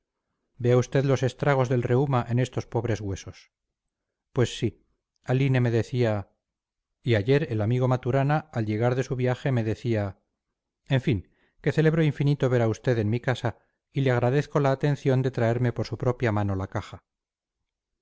vea usted los estragos del reuma en estos pobres huesos pues sí aline me decía y ayer el amigo maturana al llegar de su viaje me decía en fin que celebro infinito ver a usted en mi casa y le agradezco la atención de traerme por su propia mano la caja